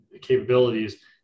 capabilities